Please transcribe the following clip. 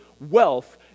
wealth